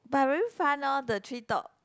but very fun lor the treetop